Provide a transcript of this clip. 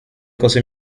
cose